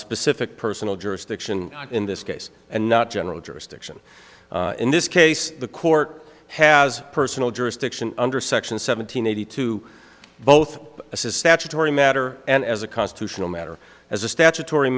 specific personal jurisdiction in this case and not general jurisdiction in this case the court has personal jurisdiction under section seven hundred eighty two both as a statutory matter and as a constitutional matter as a statutory